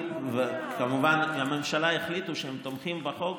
כמובן שבממשלה החליטו שהם תומכים בחוק